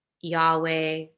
Yahweh